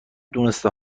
دونسته